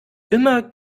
immer